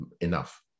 enough